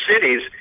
cities